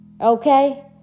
okay